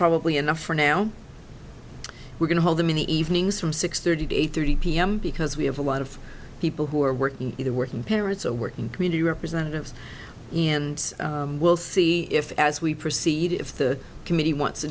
probably enough for now we're going to hold them in the evenings from six thirty to eight thirty pm because we have a lot of people who are working either working parents or working community representatives we'll see if as we proceed if the committee